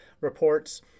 reports